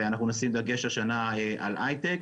ואנחנו נשים דגש השנה על היי-טק.